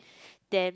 then